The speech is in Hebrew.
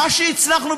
מה שהצלחנו,